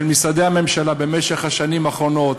משרדי הממשלה במשך השנים האחרונות: